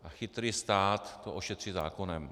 A chytrý stát to ošetří zákonem.